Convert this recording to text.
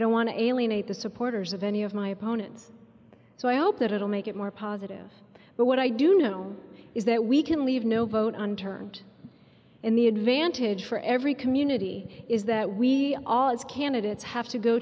don't want to alienate the supporters of any of my opponents so i hope that it'll make it more positive but what i do know is that we can leave no vote on turned in the advantage for every community is that we all is candidates have to go